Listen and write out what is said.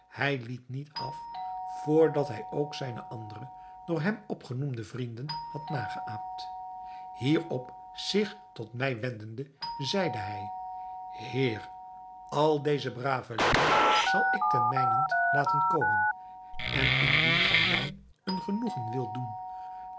hij liet niet af vr dat hij ook zijne andere door hem opgenoemde vrienden had nageäapt hierop zich tot mij wendende zeide hij heer al deze brave lieden zal ik ten mijnent laten komen en indien gij mij een genoegen wilt doen